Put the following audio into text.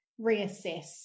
reassess